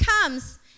comes